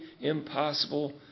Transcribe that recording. impossible